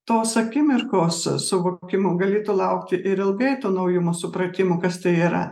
tos akimirkos suvokimo galėtų laukti ir ilgai to naujumo supratimo kas tai yra